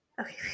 Okay